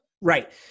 Right